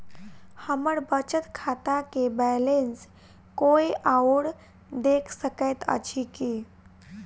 हम्मर बचत खाता केँ बैलेंस कोय आओर देख सकैत अछि की